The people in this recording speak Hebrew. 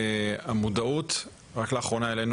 סיימנו את האירוע הזה, היינו